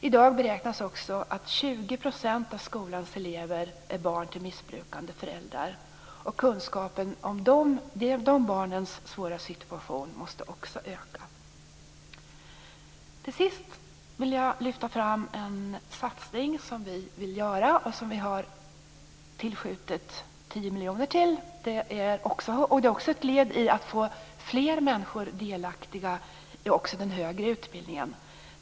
I dag beräknas också att 20 % av skolans elever är barn till missbrukande föräldrar. Kunskapen om de barnens svåra situation måste också öka. Till sist vill jag lyfta fram den satsning som vi vill göra och som vi har föreslagit att det skall tillskjutas 10 miljoner till. Det är också ett led i att få fler människor delaktiga i den högre utbildningen.